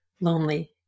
lonely